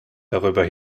darüber